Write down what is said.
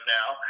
now